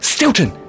Stilton